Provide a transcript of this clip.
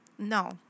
No